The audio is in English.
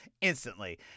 instantly